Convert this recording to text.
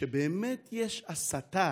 שכשבאמת יש הסתה,